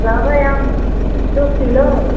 लेबै हम दुइ किलो